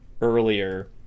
earlier